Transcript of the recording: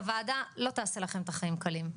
אני חייבת לומר שהוועדה לא תעשה לכם את החיים קלים.